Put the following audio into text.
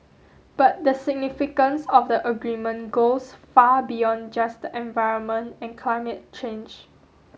but the significance of the agreement goes far beyond just the environment and climate change